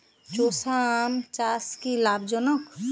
চোষা আম চাষ কি লাভজনক?